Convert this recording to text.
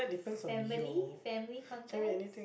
family family content